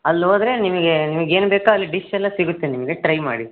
ಅಲ್ಲಿ ಹೋದ್ರೆ ನಿಮಗೆ ನಿಮಗೇನು ಬೇಕೋ ಅಲ್ಲಿ ಡಿಶ್ ಎಲ್ಲ ಸಿಗುತ್ತೆ ನಿಮಗೆ ಟ್ರೈ ಮಾಡಿ